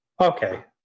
Okay